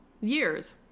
years